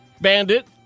Bandit